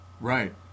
Right